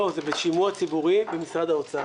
לא, זה בשימוע ציבורי במשרד האוצר.